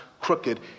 crooked